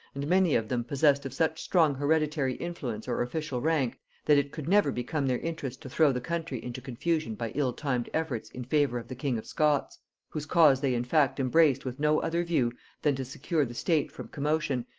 and many of them possessed of such strong hereditary influence or official rank, that it could never become their interest to throw the country into confusion by ill-timed efforts in favor of the king of scots whose cause they in fact embraced with no other view than to secure the state from commotion,